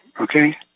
okay